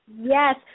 Yes